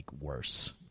worse